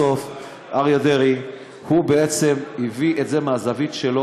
בסוף שר הפנים אריה דרעי הביא את זה מהזווית שלו,